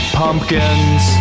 pumpkins